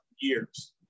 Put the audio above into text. years